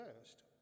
first